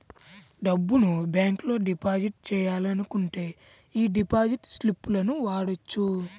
డబ్బును బ్యేంకులో డిపాజిట్ చెయ్యాలనుకుంటే యీ డిపాజిట్ స్లిపులను వాడొచ్చు